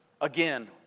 again